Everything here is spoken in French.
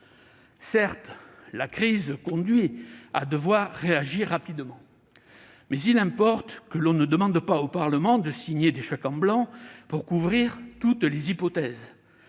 Certes, la crise conduit à devoir réagir rapidement, mais il importe que l'on ne demande pas au Parlement de signer des chèques en blanc pour couvrir toutes les hypothèses